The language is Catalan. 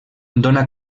dóna